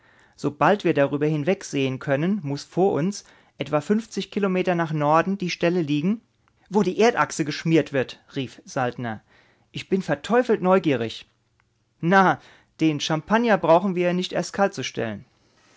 sobald wir darüber hinwegsehen können muß vor uns etwa kilometer nach norden die stelle liegen wo die erdachse geschmiert wird rief saltner ich bin verteufelt neugierig na den champagner brauchen wir nicht erst kalt zu stellen